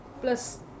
Plus